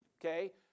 Okay